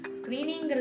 screening